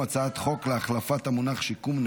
אני קובע כי הצעת חוק השידור הציבורי הישראלי (תיקון,